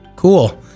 Cool